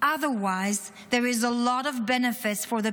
otherwise there is a lot of benefit for the